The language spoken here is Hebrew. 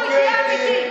עיסאווי, תהיה אמיתי.